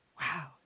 Wow